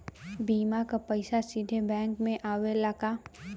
बीमा क पैसा सीधे बैंक में आवेला का?